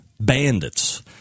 Bandits